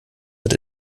wird